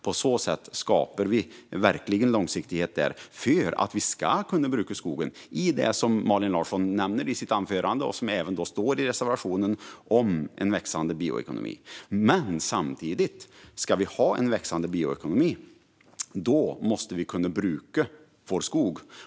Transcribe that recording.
På så sätt skapar vi en verklig långsiktighet som gör att vi kan bruka skogen i den växande bioekonomi som Malin Larsson nämner i sitt anförande och som det står om i reservationen. Ska vi ha en växande bioekonomi måste vi kunna bruka vår skog.